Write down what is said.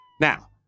Now